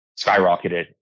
skyrocketed